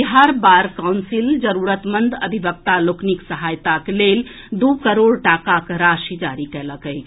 Bihar bar council जरूरतमंद अधिवक्ता लोकनिक सहायताक लेल दू करोड़ टाकाक राशि जारी कएलक अछि